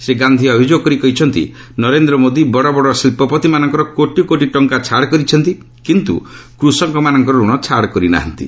ଶ୍ରୀ ଗାନ୍ଧି ଅଭିଯୋଗ କରି କହିଛନ୍ତି ନରେନ୍ଦ୍ର ମୋଦି ବଡ଼ ବଡ଼ ଶିଳ୍ପପତିମାନଙ୍କର କୋଟି କୋଟି ଟଙ୍କାର ଛାଡ଼ କରିଛନ୍ତି କିନ୍ତୁ କୃଷକମାନଙ୍କର ଋଣ ଛାଡ଼ କରିନାହାନ୍ତି